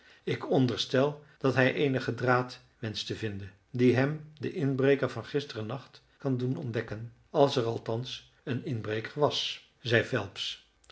ik onderstel dat hij eenigen draad wenscht te vinden die hem den inbreker van gisteren nacht kan doen ontdekken als er althans een inbreker was zei